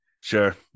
Sure